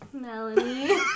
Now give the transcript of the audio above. Melanie